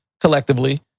collectively